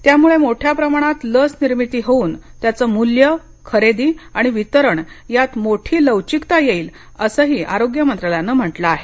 त्यामुळे मोठ्या प्रमाणात लस निर्मिती होऊन त्याचं मूल्य खरेदी आणि वितरण यात मोठी लवचिकता येईल अशी आरोग्य मंत्रालयाने म्हंटल आहे